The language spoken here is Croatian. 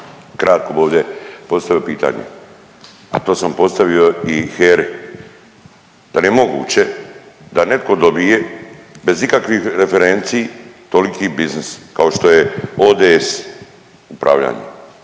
kratko bih ovdje postavio pitanje, a to sam postavio i HERI. Da li je moguće da netko dobije bez ikakvih referenci toliki biznis kao što je ODS Upravljanje?